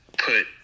put